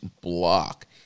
block